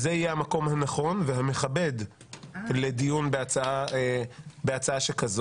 וזה יהיה המקום הנכון והמכבד לדיון בהצעה שכזו.